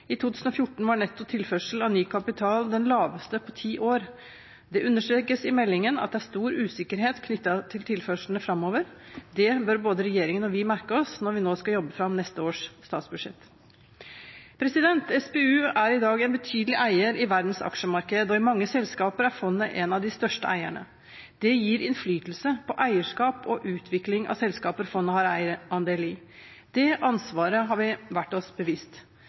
I 2014 var netto tilførsel av ny kapital den laveste på ti år. Det understrekes i meldingen at det er stor usikkerhet knyttet til tilførslene framover. Det bør både regjeringen og vi merke oss når vi nå skal jobbe fram neste års statsbudsjett. SPU er i dag en betydelig eier i verdens aksjemarked, og i mange selskaper er fondet en av de største eierne. Det gir innflytelse på eierskap og utvikling av selskaper fondet har eierandel i. Det ansvaret har vi vært oss bevisst.